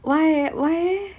why why eh